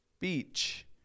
beach